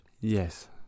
Yes